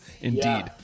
Indeed